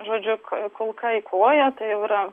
žodžiu kai kulka į koją tai jau yra